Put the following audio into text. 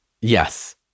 Yes